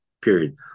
period